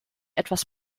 etwas